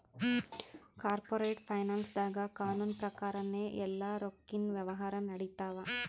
corporate ಫೈನಾನ್ಸ್ದಾಗ್ ಕಾನೂನ್ ಪ್ರಕಾರನೇ ಎಲ್ಲಾ ರೊಕ್ಕಿನ್ ವ್ಯವಹಾರ್ ನಡಿತ್ತವ